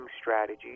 strategies